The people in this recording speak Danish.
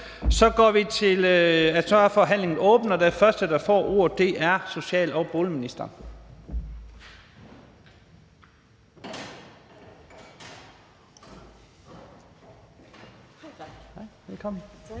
Så er forhandlingen åbnet, og den første, der får ordet, er social- og boligministeren. Kl.